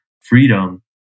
freedom